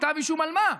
כתב אישום על מה?